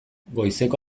goizeko